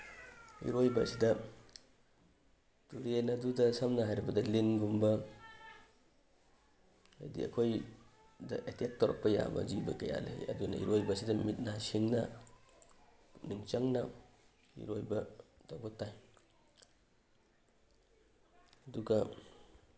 ꯏꯔꯣꯏꯕ ꯑꯁꯤꯗ ꯇꯨꯔꯦꯟ ꯑꯗꯨꯗ ꯁꯝꯅ ꯍꯥꯏꯔꯕꯗ ꯂꯤꯟꯒꯨꯝꯕ ꯍꯥꯏꯗꯤ ꯑꯩꯈꯣꯏꯗ ꯑꯦꯇꯦꯛ ꯇꯧꯔꯛꯄ ꯌꯥꯕ ꯖꯤꯕ ꯀꯌꯥ ꯂꯩ ꯑꯗꯨꯅ ꯏꯔꯣꯏꯕꯁꯤꯗ ꯃꯤꯠ ꯅꯥ ꯁꯤꯡꯅ ꯄꯨꯛꯅꯤꯡ ꯆꯪꯅ ꯏꯔꯣꯏꯕ ꯇꯧꯕ ꯇꯥꯏ ꯑꯗꯨꯒ